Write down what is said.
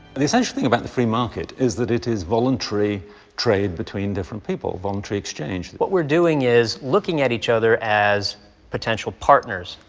the essential thing about the free market is that it is voluntary trade between different people, voluntary exchange. what we're doing is looking at each other as potential partners,